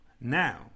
now